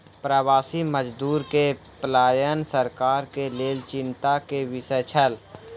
प्रवासी मजदूर के पलायन सरकार के लेल चिंता के विषय छल